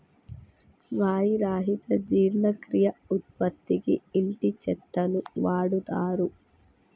వాయి రహిత జీర్ణక్రియ ఉత్పత్తికి ఇంటి చెత్తను వాడుతారు